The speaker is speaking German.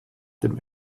dem